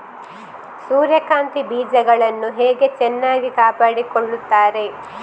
ಸೂರ್ಯಕಾಂತಿ ಬೀಜಗಳನ್ನು ಹೇಗೆ ಚೆನ್ನಾಗಿ ಕಾಪಾಡಿಕೊಳ್ತಾರೆ?